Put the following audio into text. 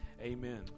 Amen